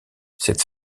cette